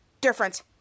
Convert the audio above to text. different